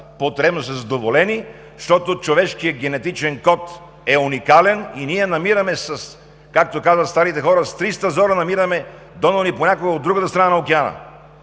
потребностите, защото човешкият генетичен код е уникален и ние, както казват старите хора: с триста зора намираме донори понякога от другата страна на океана.